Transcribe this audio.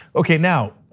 okay, now,